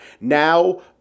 Now